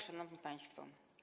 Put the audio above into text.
Szanowni Państwo!